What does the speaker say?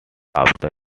after